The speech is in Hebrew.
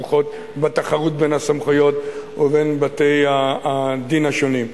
הכרוכות בתחרות בין הסמכויות ובין בתי-הדין השונים.